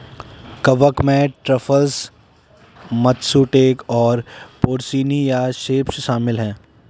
कवक में truffles, matsutake और पोर्सिनी या सेप्स शामिल हैं